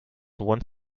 one